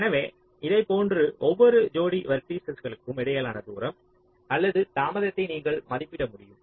எனவே இதைப்போன்று ஒவ்வொரு ஜோடி வெர்ட்டிஸஸ்களுக்கும் இடையிலான தூரம் அல்லது தாமதத்தை நீங்கள் மதிப்பிட முடியும்